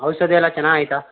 ಔಷಧಿ ಎಲ್ಲ ಚೆನ್ನಾಗಿ ಐತಾ